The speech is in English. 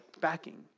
backing